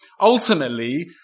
Ultimately